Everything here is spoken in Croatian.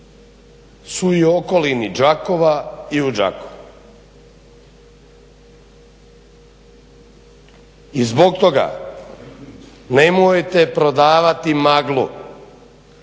su i u okolini Đakova i u Đakovu. I zbog toga nemojte prodavati maglu,